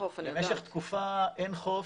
במשך תקופה אין חוף.